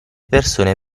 persone